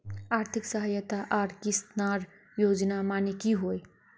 आर्थिक सहायता आर किसानेर योजना माने की होय?